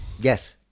Yes